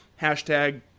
hashtag